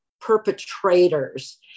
perpetrators